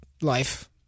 life